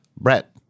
Brett